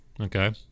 Okay